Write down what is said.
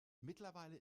mittlerweile